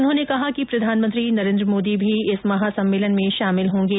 उन्होंने कहा कि प्रधानमंत्री नरेन्द्र मोदी भी इस महासम्मेलन में शामिल होंगे